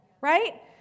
right